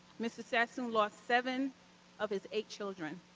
mr. sassoon lost seven of his eight children